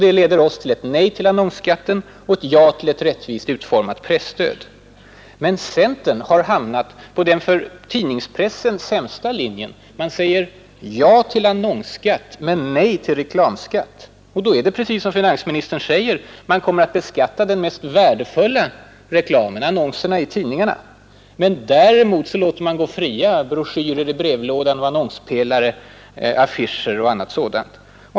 Det leder oss till ett nej till annonsskatten och ett ja till ett rättvist utformat presstöd. Centern har hamnat på den för tidningspressen sämsta linjen. Man säger ja till annonsskatt, men nej till reklamskatt. Då är det precis som finansministern säger; man kommer att beskatta den mest värdefulla reklamen, annonserna i tidningarna. Däremot låter man gå fria broschyrer i brevlådan, annonspelare, affischer och annat sådant.